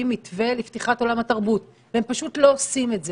מתווה לפתיחת עולם התרבות והם פשוט לא עושים את זה.